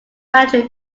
battery